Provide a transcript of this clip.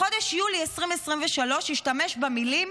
בחודש יולי 2023 השתמש עליה במילים: